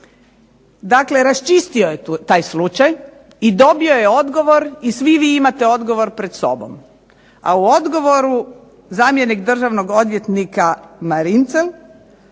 Dakle, raščistio je taj slučaj i dobio je odgovor i svi vi imate odgovor pred sobom. A u odgovoru zamjenik državnog odvjetnika Marincel